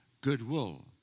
goodwill